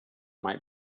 might